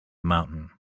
mountain